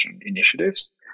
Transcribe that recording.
initiatives